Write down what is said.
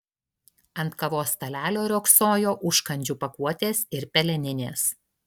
ant kavos stalelio riogsojo užkandžių pakuotės ir peleninės